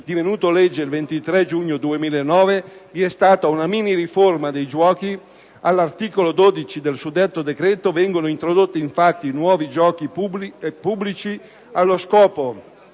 divenuto legge il 23 giugno 2009, vi è stata una miniriforma dei giochi: all'articolo 12 del suddetto decreto vengono introdotti, infatti, nuovi giochi pubblici allo scopo